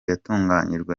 yatunganyijwe